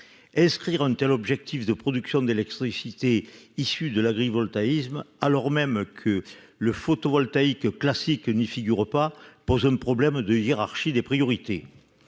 inscrire une telle objectif de production d'électricité issue de l'agrivoltaïsme, alors même que le photovoltaïque classique n'y figure pas pose un problème de hiérarchie des priorités,